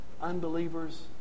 unbelievers